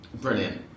Brilliant